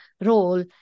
role